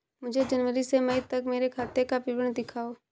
मुझे जनवरी से मई तक मेरे खाते का विवरण दिखाओ?